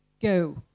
Go